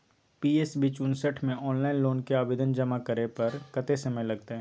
PS बीच उनसठ म ऑनलाइन लोन के आवेदन जमा करै पर कत्ते समय लगतै?